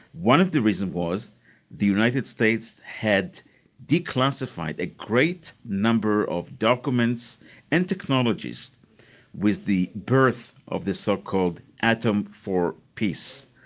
one of the reasons was the united states had declassified a great number of documents and technologies with the birth of the so-called atom for peace.